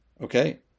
Okay